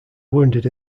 wounded